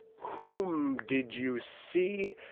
whom did you see?